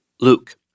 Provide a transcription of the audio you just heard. Luke